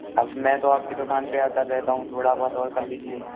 अब मैं तो आपकी दुकान पर आता रहता हूँ थोड़ा बहुत और कल लीजिए